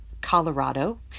Colorado